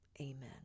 Amen